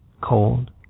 cold